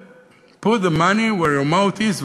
דיבר, Put the money where your mouth is,